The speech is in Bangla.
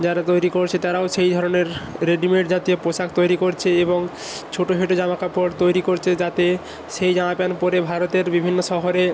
যারা তৈরি করছে তারাও সেই ধরনের রেডিমেড জাতীয় পোশাক তৈরি করছে এবং ছোটো ছোটো জামা কাপড় তৈরি করছে যাতে সেই জামা প্যান্ট পরে ভারতের বিভিন্ন শহরে